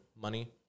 money